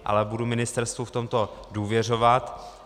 Ale budu ministerstvu v tomto důvěřovat.